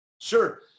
sure